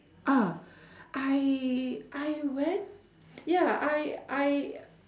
ah I I went ya I I